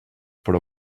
però